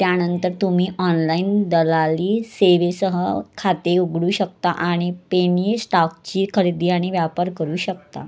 त्यानंतर तुम्ही ऑनलाईन दलाली सेवेसह खाते उघडू शकता आणि पेनी स्टॉकची खरेदी आणि व्यापार करू शकता